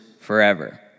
forever